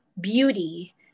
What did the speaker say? beauty